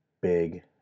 big